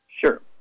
Sure